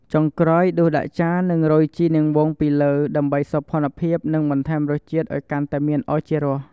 ចុងក្រោយដួសដាក់ចាននិងរោយជីនាងវងពីលើ ដើម្បីសោភ័ណភាពនិងបន្ថែមរសជាតិឱ្យកាន់តែមានឱជារស។